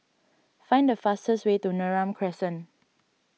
find the fastest way to Neram Crescent